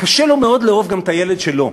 קשה לו מאוד לאהוב את גם הילד שלו.